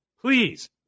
please